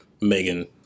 Megan